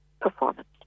performance